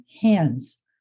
hands